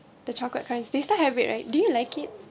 the chocolate coins they still have it right do you like it